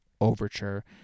overture